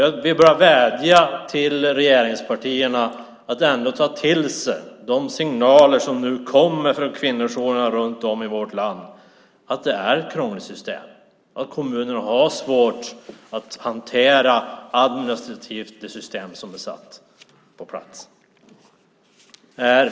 Jag vill bara vädja till regeringspartierna att ändå ta till sig de signaler som nu kommer från kvinnojourerna runt om i vårt land att det är ett krångligt system och att kommunerna har svårt att administrativt hantera det system som är satt på plats.